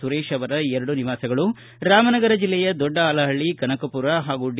ಸುರೇಶ್ ಅವರ ಎರಡು ನಿವಾಸಗಳು ರಾಮನಗರ ಜಿಲ್ಲೆಯ ದೊಡ್ಡ ಅಲಹಳ್ಳಿ ಕನಕಪುರ ಹಾಗೂ ಡಿ